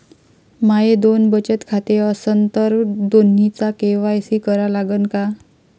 माये दोन बचत खाते असन तर दोन्हीचा के.वाय.सी करा लागन का?